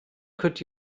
could